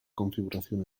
configuración